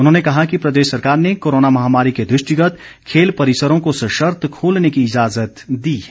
उन्होंने कहा कि प्रदेश सरकार ने कोरोना महामारी के दृष्टिगत खेल परिसरों को सशर्त खोलने की इजाजत दी है